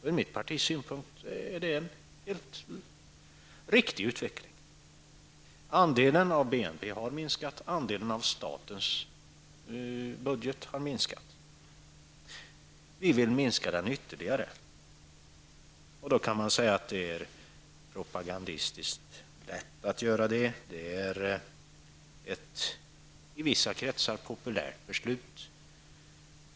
Från vårt partis synpunkt är det en helt riktig utveckling. Den militära andelen av bruttonationalprodukten har minskat, andelen av statens budget har minskat men vi vill minska den ytterligare. Då kan man säga att det är propagandistiskt att göra det. Det är ett i vissa kretsar populärt beslut.